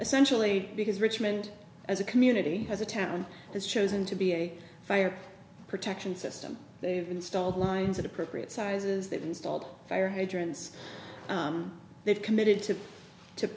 essentially because richmond as a community as a town has chosen to be a fire protection system they've installed lines at appropriate sizes that installed fire hydrants they've committed to to